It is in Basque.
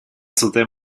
zuten